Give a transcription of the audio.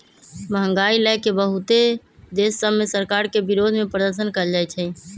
महंगाई लए के बहुते देश सभ में सरकार के विरोधमें प्रदर्शन कएल जाइ छइ